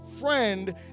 friend